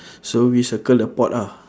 so we circle the pot ah